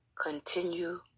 continue